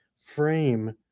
frame